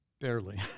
barely